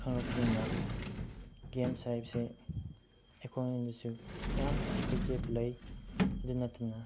ꯈꯪꯂꯛꯄꯅꯤꯅ games ꯍꯥꯏꯕꯁꯦ ꯑꯩꯈꯣꯏꯅꯁꯨ ꯌꯥꯝ ꯏꯐꯦꯛꯇꯤꯞ ꯂꯩ ꯑꯗꯨ ꯅꯠꯇꯅ